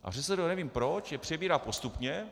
A ŘSD, nevím proč, je přebírá postupně.